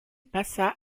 passa